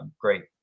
great